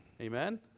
amen